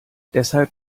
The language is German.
deshalb